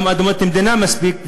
גם אדמות מדינה יש מספיק.